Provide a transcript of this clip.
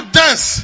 dance